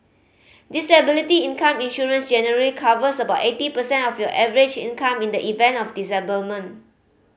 disability income insurance generally covers about eighty percent of your average income in the event of disablement